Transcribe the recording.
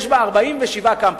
יש בה 47 קמפוסים.